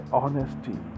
honesty